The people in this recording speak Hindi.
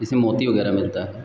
जिसमें मोती वगैरह मिलता है